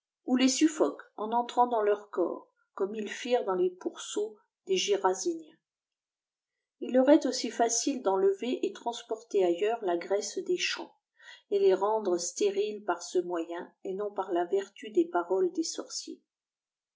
ou les suffoquent en entrant dans leurs corps comme ils firent dans les pourceaux des géra il aurait aussi facile d'enlever et transporter ailleurs la graisse des champs et les rendre stériles par ce moyen et non par la vertu des paroles des sorciers